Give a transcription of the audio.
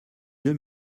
deux